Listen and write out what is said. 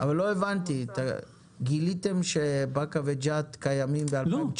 אבל לא הבנתי, גיליתם שבאקה וג'ת קיימים ב-2019?